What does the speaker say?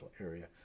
area